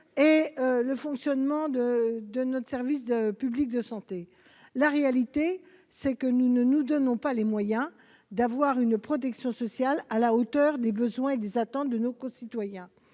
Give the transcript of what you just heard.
le fonctionnement de notre service public de santé ... La réalité, c'est que nous ne nous donnons pas les moyens d'avoir une protection sociale à la hauteur des besoins et des attentes de nos concitoyens.